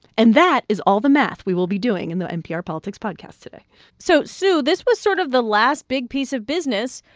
and that is all the math we will be doing in the npr politics podcast today so, sue, this was sort of the last big piece of business.